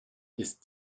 ist